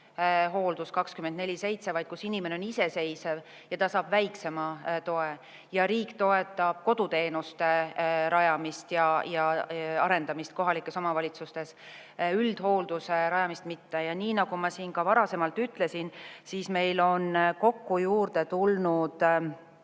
täishooldus 24/7, vaid inimene on iseseisev ja ta saab väiksema toe. Riik toetab koduteenuste arendamist kohalikes omavalitsustes, üldhoolduse rajamist mitte. Ja nagu ma varasemalt ütlesin, meil on kokku juurde tulnud